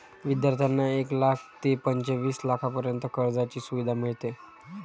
विद्यार्थ्यांना एक लाख ते पंचवीस लाखांपर्यंत कर्जाची सुविधा मिळते